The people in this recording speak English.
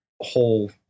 whole